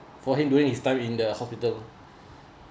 for him during his time in the hospital